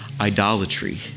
idolatry